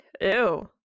Ew